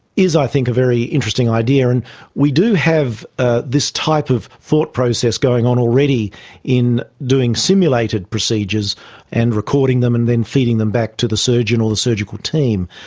is i think a very interesting idea. and we do have ah this type of thought process going on already in doing simulated procedures and recording them and then feeding them back to the surgeon or the surgical team.